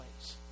place